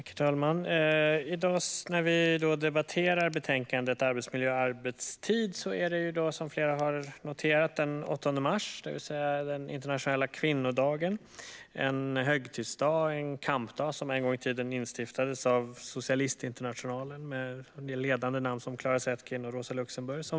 Herr talman! I dag när vi debatterar betänkandet Arbetsmiljö och arbetstid är det, som flera har noterat, den 8 mars, det vill säga internationella kvinnodagen. Det är en högtidsdag och kampdag som en gång i tiden instiftades av Socialistinternationalen med ledande namn som Clara Zetkin och Rosa Luxemburg.